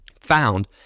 found